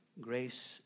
Grace